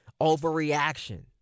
overreaction